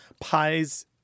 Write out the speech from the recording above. pies